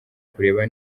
kureba